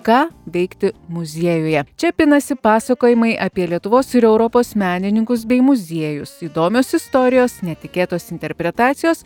ką veikti muziejuje čia pinasi pasakojimai apie lietuvos ir europos menininkus bei muziejus įdomios istorijos netikėtos interpretacijos